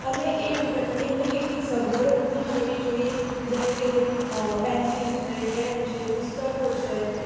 અને એ ઉપરાંત એમને કેટલીક સગવડો પૂરી પાડવી જોઈએ જેમકે પેન્સિલ છે પેન છે પુસ્તકો છે